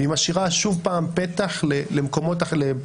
והיא שוב משאירה פח למקומות אחרים,